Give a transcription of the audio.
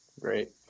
Great